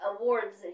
awards